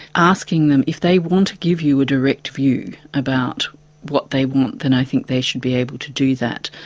asking them if they want to give you a direct view about what they want then i think they should be able to do that.